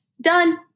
done